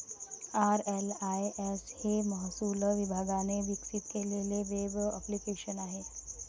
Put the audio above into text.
RLIS हे महसूल विभागाने विकसित केलेले वेब ॲप्लिकेशन आहे